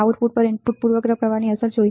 output પર input પૂર્વગ્રહ પ્રવાહની અસર જોઈ